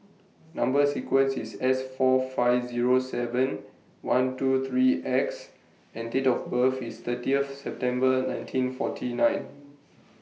Number sequence IS S four five Zero seven one two three X and Date of birth IS thirtieth September nineteen forty nine